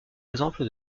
exemple